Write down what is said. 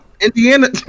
Indiana